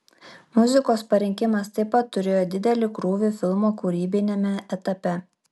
muzikos parinkimas taip pat turėjo didelį krūvį filmo kūrybiniame etape